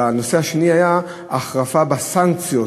והנושא השני היה ההחרפה בסנקציות